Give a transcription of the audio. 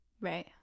right